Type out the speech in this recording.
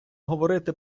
говорити